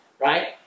right